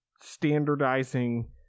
standardizing